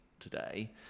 today